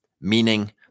meaning